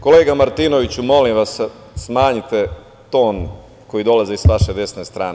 Kolega Martinoviću, molim vas, smanjite ton koji dolazi s vaše desne strane.